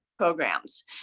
Programs